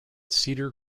cedar